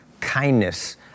kindness